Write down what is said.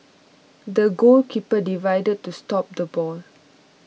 the goalkeeper dived to stop the ball